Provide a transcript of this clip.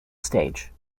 stage